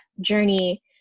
journey